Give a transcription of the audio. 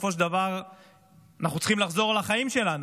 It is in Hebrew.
ובסופו של דבר אנחנו צריכים לחזור לחיים שלנו.